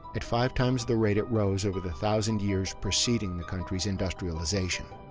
at five times the rate it rose over the thousand years preceding the country's industrialization.